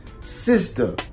sister